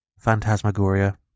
Phantasmagoria